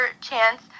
chance